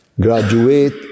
graduate